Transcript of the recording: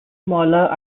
smaller